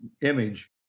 image